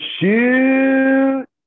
shoot